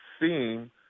seem